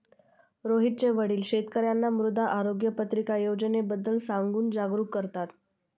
रोहितचे वडील शेतकर्यांना मृदा आरोग्य पत्रिका योजनेबद्दल सांगून जागरूक करतात